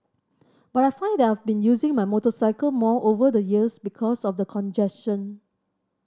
but I find that I've been using my motorcycle more over the years because of the congestion